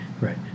Right